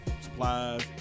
supplies